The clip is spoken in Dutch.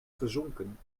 gezonken